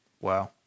wow